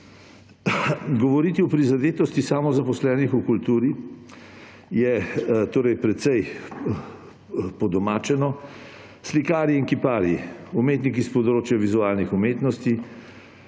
Govoriti o prizadetosti samozaposlenih v kulturi je torej precej podomačeno. Slikarji in kiparji, umetniki s področja vizualnih umetnosti